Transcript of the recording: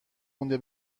مونده